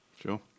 Sure